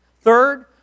Third